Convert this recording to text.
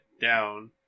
down